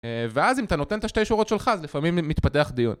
ואז אם אתה נותן את השתי שורות שלך, אז לפעמים מתפתח דיון.